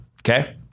Okay